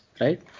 right